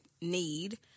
need